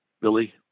Billy